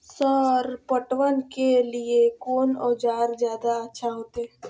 Sir पटवन के लीऐ कोन औजार ज्यादा अच्छा होते?